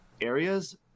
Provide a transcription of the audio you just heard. areas